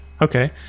Okay